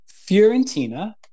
Fiorentina